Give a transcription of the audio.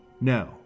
No